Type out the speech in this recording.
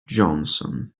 johnson